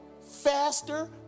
faster